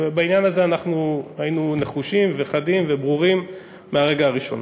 בעניין הזה היינו נחושים וחדים וברורים מהרגע הראשון.